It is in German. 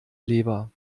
leber